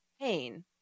pain